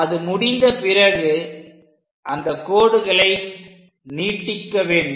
இது முடிந்த பிறகு அந்தக் கோடுகளை நீட்டிக்க வேண்டும்